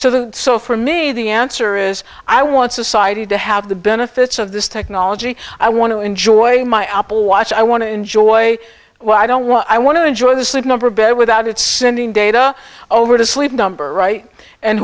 so that so for me the answer is i want society to have the benefits of this technology i want to enjoy my apple watch i want to enjoy what i don't want i want to enjoy the sleep number bed without it sending data over to sleep number right and